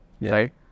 Right